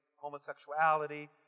homosexuality